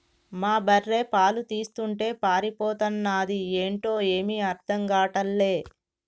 మా బర్రె పాలు తీస్తుంటే పారిపోతన్నాది ఏంటో ఏమీ అర్థం గాటల్లే